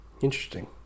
interesting